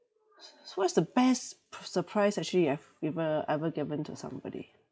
s~ so what is the best pr~ surprise actually you have giver ever given to somebody